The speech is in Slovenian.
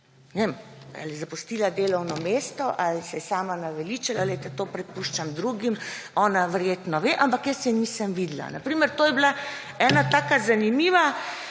vem, ali je zapustila delovno mesto ali se je sama naveličala, glejte, to prepuščam drugim, ona verjetno ve, ampak jaz je nisem videla. Na primer, to je bila ena taka zanimiva